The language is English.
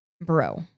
Bro